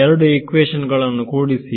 ಎರಡು ಈಕ್ವೇಶನ್ ಗಳನ್ನು ಕೂಡಿಸಿ